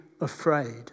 afraid